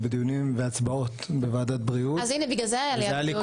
המשימה של הלחץ בשבועות החשובים האלה להביא את